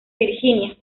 virginia